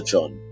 John